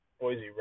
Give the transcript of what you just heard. Boise